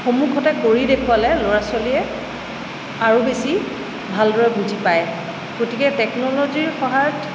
সন্মুখত কৰি দেখুৱালে ল'ৰা ছোৱালীয়ে আৰু বেছি ভালদৰে বুজি পায় গতিকে টেকন'লজীৰ সহায়ত